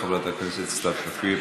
חברת הכנסת סתיו שפיר,